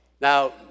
Now